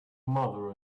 mother